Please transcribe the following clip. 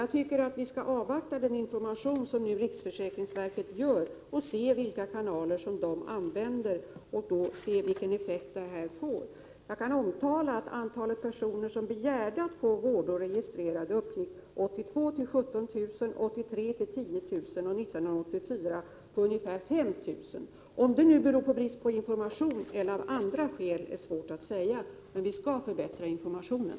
Jag tycker att vi skall avvakta den information som riksförsäkringsverket ger och se vilka kanaler verket använder och vilken effekt den får. Jag kan omtala att antalet personer som begärde att få vårdår registrerade 1982 uppgick till 17 000, 1983 till 10 000 och 1984 till ungefär 5 000. Om det beror på en brist på information eller har andra skäl är svårt att säga. Men vi skall förbättra informationen.